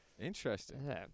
Interesting